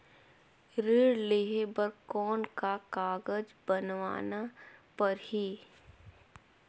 ऋण लेहे बर कौन का कागज बनवाना परही?